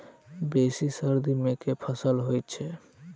बेसी सर्दी मे केँ फसल होइ छै?